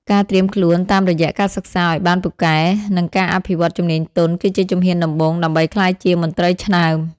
ការត្រៀមខ្លួនតាមរយៈការសិក្សាឱ្យបានពូកែ និងការអភិវឌ្ឍជំនាញទន់ គឺជាជំហានដំបូងដើម្បីក្លាយជាមន្ត្រីឆ្នើម។